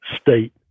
state